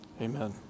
Amen